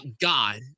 God